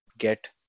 get